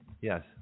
Yes